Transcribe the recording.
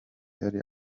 yari